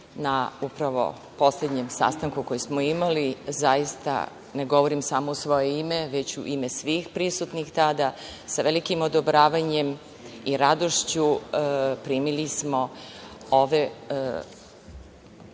na upravo poslednjem sastanku koji smo imali zaista, ne govorim samo u svoje ime, već i u ime svih prisutnih tada, sa velikim odobravanjem i radošću primili smo ove